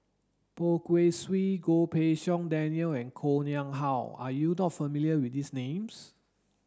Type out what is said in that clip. Poh Kay Swee Goh Pei Siong Daniel and Koh Nguang How are you dot familiar with these names